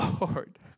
Lord